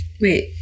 Wait